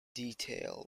detail